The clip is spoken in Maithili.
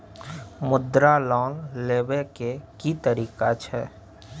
मुद्रा लोन लेबै के की तरीका छै?